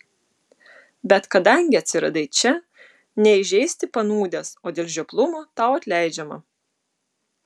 bet kadangi atsiradai čia ne įžeisti panūdęs o dėl žioplumo tau atleidžiama